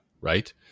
right